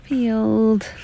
Field